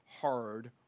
hard